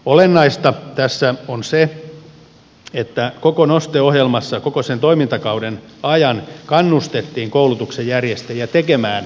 olennaista tässä on se että koko noste ohjelmassa koko sen toimintakauden ajan kannustettiin koulutuksen järjestäjiä tekemään oppisopimuksia